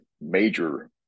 major